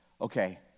Okay